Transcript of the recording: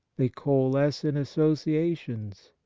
they coalesce in associations,